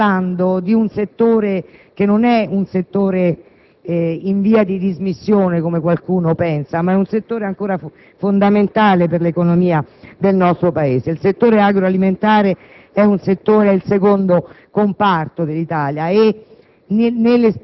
che stiamo parlando di un settore che non è in via di dismissione, come qualcuno pensa, ma di un settore ancora fondamentale per l'economia del nostro Paese. Il settore agroalimentare è il secondo comparto in Italia e